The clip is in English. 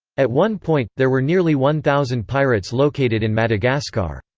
at one point, there were nearly one thousand pirates located in madagascar.